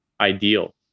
ideal